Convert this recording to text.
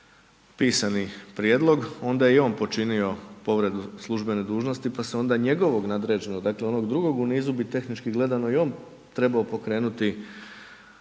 pisani prijedlog onda je i on počinio povredu službene dužnosti pa se onda njegovog nadređenog, dakle onog drugog u nizu bi tehnički gledano i on trebao pokrenuti